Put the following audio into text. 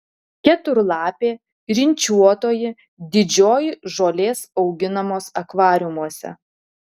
keturlapė rinčiuotoji didžioji žolės auginamos akvariumuose